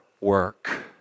work